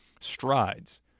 strides